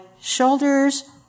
shoulders